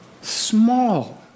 Small